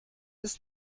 ist